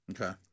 Okay